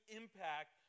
impact